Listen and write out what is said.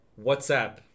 WhatsApp